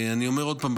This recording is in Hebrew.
אני אומר עוד פעם,